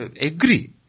agree